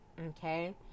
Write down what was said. Okay